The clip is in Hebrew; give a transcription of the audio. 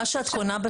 מה שאת קונה,